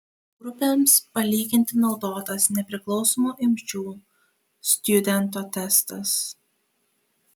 grupėms palyginti naudotas nepriklausomų imčių stjudento testas